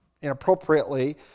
inappropriately